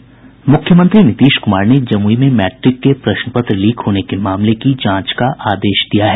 मुख्यमंत्री नीतीश कुमार ने जमूई में मैट्रिक के प्रश्न पत्र लीक होने के मामले की जांच का आदेश दिया है